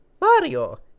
Mario